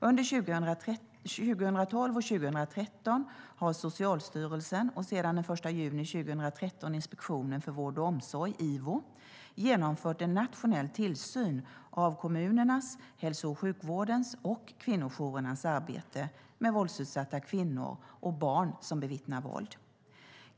Under 2012 och 2013 har Socialstyrelsen, och sedan den 1 juni 2013 Inspektionen för vård och omsorg - Ivo - genomfört en nationell tillsyn av kommunernas, hälso och sjukvårdens och kvinnojourernas arbete med våldsutsatta kvinnor och med barn som bevittnar våld.